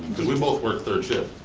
we both work third shift,